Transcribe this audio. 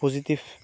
positive